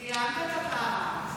סיימת, כפרה?